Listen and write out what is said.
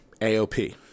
AOP